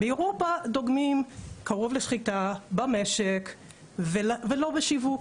באירופה דוגמים קרוב לשחיטה, במשק, ולא בשיווק.